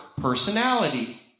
personality